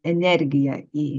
energiją į